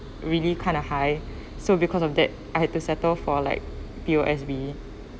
really kind of high so because of that I had to settle for like P_O_S_B